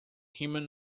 human